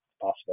possible